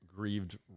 grieved